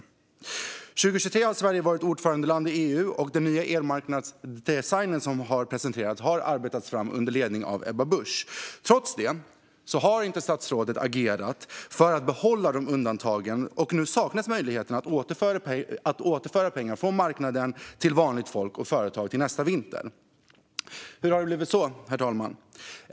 År 2023 har Sverige varit ordförandeland i EU, och den nya elmarknadsdesign som presenterats har arbetats fram under ledning av Ebba Busch. Trots det har inte statsrådet agerat för att behålla de här undantagen, och nu saknas möjligheten att återföra pengar från marknaden till vanligt folk och företag nästa vinter. Hur har det blivit så, herr talman?